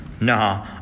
Nah